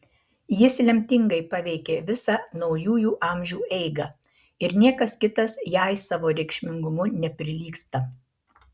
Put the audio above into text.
jis lemtingai paveikė visą naujųjų amžių eigą ir niekas kitas jai savo reikšmingumu neprilygsta